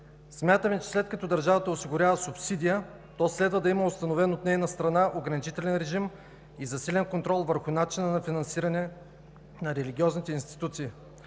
Смятаме, че след като държавата осигурява субсидия – то следва да има установен от нейна страна ограничителен режим и засилен контрол върху начина на финансиране на религиозните институции.